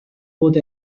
both